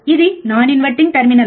ఇది non inverting terminal